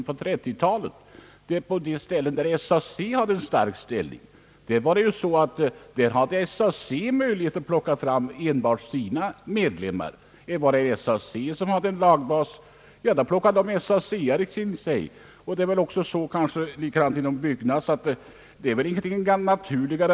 På 1930 talet hade SAC en stark ställning och hade då möjlighet att välja ut enbart sina medlemmar. Var lagbasen ansluten till SAC plockade han till sig sådana medlemmar.